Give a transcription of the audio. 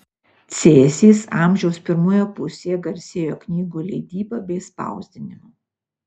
cėsys amžiaus pirmoje pusėje garsėjo knygų leidyba bei spausdinimu